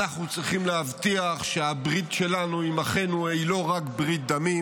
אנחנו צריכים להבטיח שהברית שלנו עם אחינו היא לא רק ברית דמים,